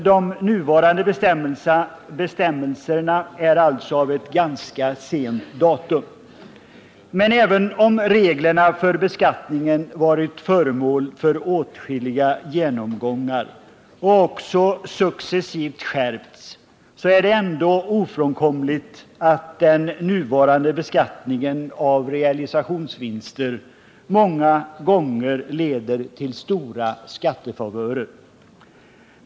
De nuvarande bestämmelserna är alltså av ett ganska sent datum. Men även om reglerna för beskattningen varit föremål för åtskilliga genomgångar och också successivt har skärpts, är det ändå ofrånkomligt att den nuvarande beskattningen av realisationsvinster många gånger leder till stora skattefavörer.